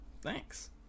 Thanks